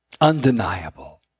Undeniable